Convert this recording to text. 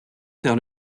faire